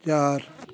चार